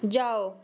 जाओ